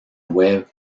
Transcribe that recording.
web